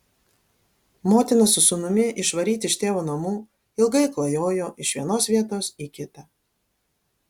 motina su sūnumi išvaryti iš tėvo namų ilgai klajojo iš vienos vietos į kitą